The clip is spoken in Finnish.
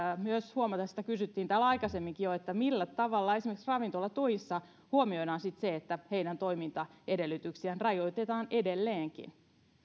myös sitä kysyttiin täällä jo aikaisemminkin että millä tavalla esimerkiksi ravintolatuissa huomioidaan sitten se että heidän toimintaedellytyksiään rajoitetaan edelleenkin